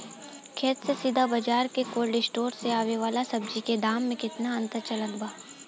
खेत से सीधा बाज़ार आ कोल्ड स्टोर से आवे वाला सब्जी के दाम में केतना के अंतर चलत बा?